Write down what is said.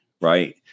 right